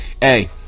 Hey